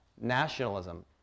Nationalism